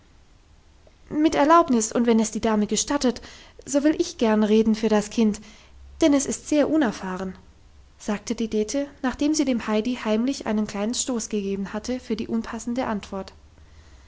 mit erlaubnis und wenn es die dame gestattet so will ich gern reden für das kind denn es ist sehr unerfahren sagte die dete nachdem sie dem heidi heimlich einen kleinen stoß gegeben hatte für die unpassende antwort